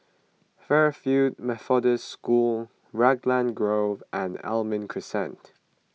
Fairfield Methodist School Raglan Grove and Almond Crescent